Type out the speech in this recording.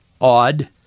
odd